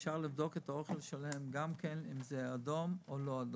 אפשר לבדוק את האוכל שלהם, אם זה אדום או לא אדום.